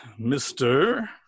Mr